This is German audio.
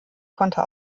konnte